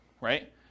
right